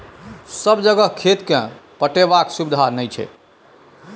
सब जगह खेत केँ पटेबाक सुबिधा नहि छै